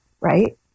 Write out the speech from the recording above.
right